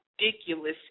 ridiculous